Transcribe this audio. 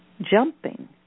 jumping